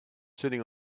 sitting